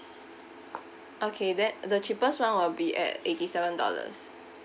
okay then the cheapest one will be at eighty seven dollars